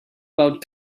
about